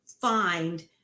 find